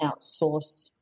outsource